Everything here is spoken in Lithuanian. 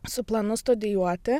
su planu studijuoti